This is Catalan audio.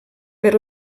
per